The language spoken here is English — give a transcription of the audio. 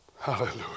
Hallelujah